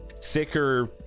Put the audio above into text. thicker